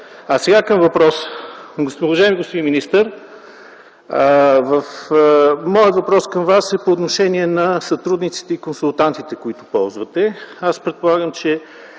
А сега към въпроса - уважаеми господин министър, моят въпрос към Вас е по отношение на сътрудниците и консултантите, които ползвате. Аз предполагам, че